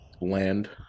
land